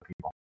people